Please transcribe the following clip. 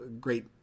great